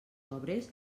obres